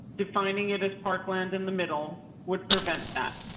defining it as parkland in the middle would prevent that.